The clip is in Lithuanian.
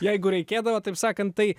jeigu reikėdavo taip sakant tai